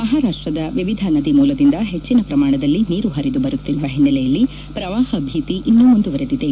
ಮಹಾರಾಷ್ಟದ ವಿವಿಧ ನದಿ ಮೂಲದಿಂದ ಹೆಚ್ಚಿನ ಪ್ರಮಾಣದಲ್ಲಿ ನೀರು ಹರಿದು ಬರುತ್ತಿರುವ ಹಿನ್ನೆಲೆಯಲ್ಲಿ ಪ್ರವಾಹ ಭೀತಿ ಇನ್ನೂ ಮುಂದುವರಿದಿದೆ